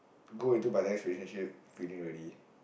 go into my next relationship feeling ready